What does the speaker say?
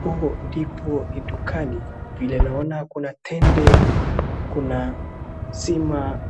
Hapo ndipo ni dukani, vile naona kuna tende, kuna sima